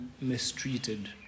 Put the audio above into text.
mistreated